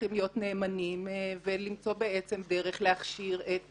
צריכים להיות נאמנים ולמצוא דרך להכשיר את